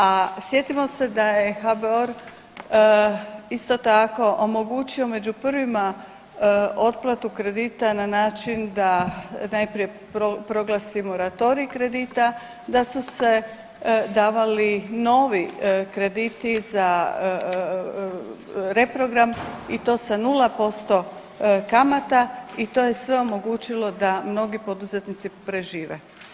A sjetimo se HBOR isto tako, omogućio među prvima otplatu kredita na način da najprije proglasimo oratorij kredita, da su se davali novi krediti za reprogram i to sa 0% kamata i to je sve omogućilo da mnogi poduzetnici prežive.